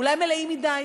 אולי מלאים מדי.